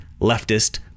leftist